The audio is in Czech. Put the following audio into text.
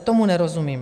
Tomu nerozumím!